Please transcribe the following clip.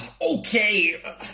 okay